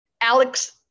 Alex